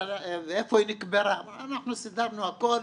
אנחנו סידרנו את הכול,